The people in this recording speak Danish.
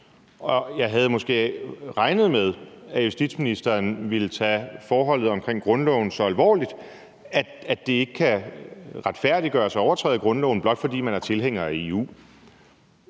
Jeg havde måske regnet med, at justitsministeren ville tage forholdet omkring grundloven så alvorligt, at han ville sige, at det ikke kan retfærdiggøres at overtræde grundloven, blot fordi man er tilhænger af EU.